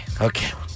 Okay